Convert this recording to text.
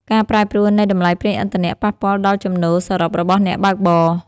ការប្រែប្រួលនៃតម្លៃប្រេងឥន្ធនៈ ប៉ះពាល់ដល់ចំណូលសរុបរបស់អ្នកបើកបរ។